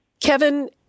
Kevin